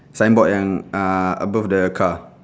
signboard yang uh above the car